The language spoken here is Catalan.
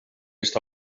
està